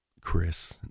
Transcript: chris